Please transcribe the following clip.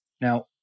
Now